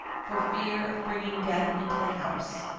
for fear of bringing death into the house.